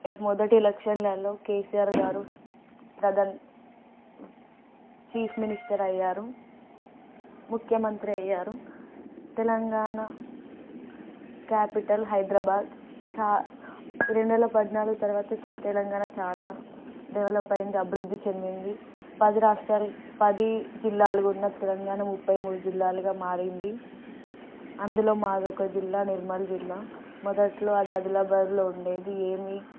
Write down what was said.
మొదటి ఎలక్షన్లలో కేసీఆర్ గారు ప్రధాన్ చీఫ్ మినిస్టర్ అయ్యారు ముఖ్యమంత్రి అయ్యారు తెలంగాణ క్యాపిటల్ హైదరాబాద్ చా రెండువేల పద్నాలుగున తర్వాత తెలంగాణ చాలా డెవలప్ అయింది అభివృద్ధి చెందింది పది రాష్ట్రాలు పది జిల్లాలు ఉన్న తెలంగాణ ముప్పై మూడు జిల్లాలుగా మారింది అందులో మాది ఒక జిల్లా నిర్మల్ జిల్లా మొదట్లో అది అదిలాబాద్లో ఉండేది ఏమి